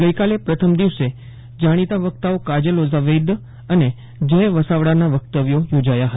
ગઇકાલે પ્રથમ દિવસે જાણીતા વકતાઓ કાજલ ઓઝા વૈદ્ય અને જય વસાવડાના વકતવ્યો યોજાયા હતા